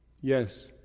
yes